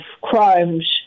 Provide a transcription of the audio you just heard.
crimes